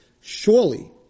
Surely